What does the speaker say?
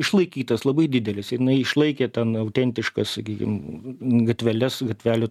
išlaikytas labai didelis jinai išlaikė ten autentišką sakykim gatveles gatvelių